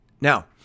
Now